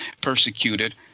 persecuted